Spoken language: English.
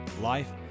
life